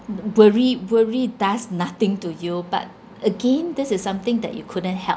w~ worry worry does nothing to you but again this is something that you couldn't help